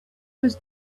was